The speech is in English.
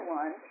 one